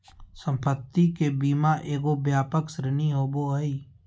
संपत्ति के बीमा एगो व्यापक श्रेणी होबो हइ